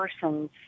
person's